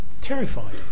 terrified